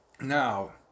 Now